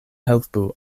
helpu